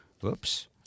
whoops